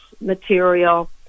material